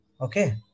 okay